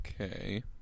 Okay